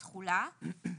"תחולה5.